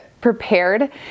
prepared